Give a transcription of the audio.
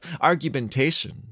argumentation